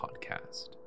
podcast